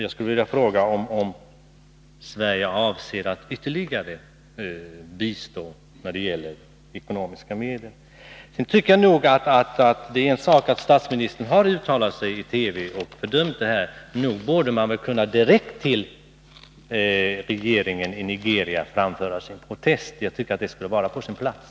Jag skulle vilja fråga om Sverige avser att bistå med ytterligare ekonomiska medel. Det är en sak att statsministern har uttalat sig i TV och fördömt det inträffade, men nog borde man kunna framföra sin protest direkt till regeringen i Nigeria. Jag tycker att det skulle ha varit på sin plats.